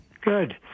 Good